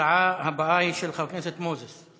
ההצעה הבאה היא של חבר הכנסת מוזס.